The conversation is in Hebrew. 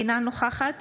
אינה נוכחת